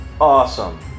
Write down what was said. Awesome